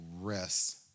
rest